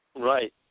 Right